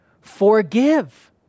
Forgive